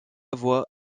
voix